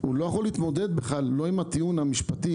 הוא לא יכול להתמודד לא עם הטיעון המשפטי,